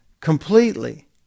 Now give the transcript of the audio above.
completely